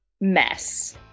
mess